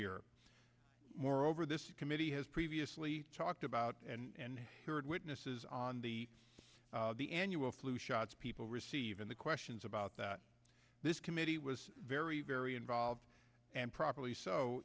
year moreover this committee has previously talked about and heard witnesses on the the annual flu shots people receive in the question it's about that this committee was very very involved and properly so